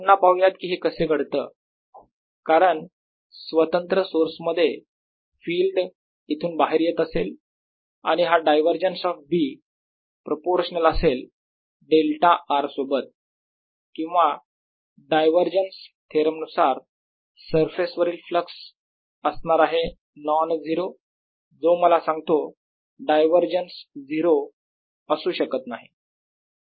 पुन्हा पाहुयात की हे कसे घडतं कारण स्वतंत्र सोर्स मध्ये फिल्ड इथून बाहेर येत असेल आणि हा डायवरजन्स ऑफ B प्रोपोर्शनल असेल डेल्टा r सोबत किंवा डायवरजन्स थेरम नुसार सरफेस वरील फ्लक्स असणार आहे नॉन झिरो जो मला सांगतो डायवरजन्स 0 असू शकत नाही